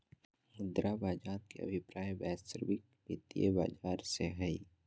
मुद्रा बाज़ार के अभिप्राय वैश्विक वित्तीय बाज़ार से हइ